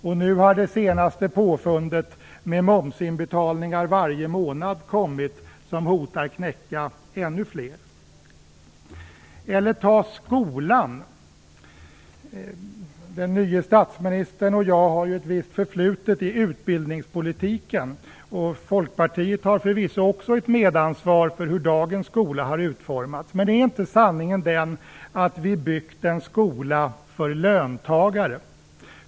Och nu har det senaste påfundet med momsinbetalningar varje månad kommit, som hotar att knäcka ännu fler. Eller ta skolan. Den nye statsministern och jag har ju ett visst förflutet i utbildningspolitiken, och Folkpartiet har förvisso också ett medansvar för hur dagens skola har utformats. Men är inte sanningen den att vi byggt en skola för löntagare?